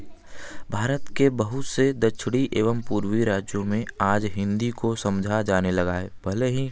भारत के बहुत से दक्षिणी एवं पूर्वी राज्यों में आज हिंदी को समझा जाने लगा है भले ही